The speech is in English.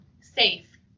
safe